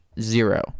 zero